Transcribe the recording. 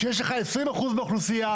כשיש לך עשרים אחוז מהאוכלוסייה,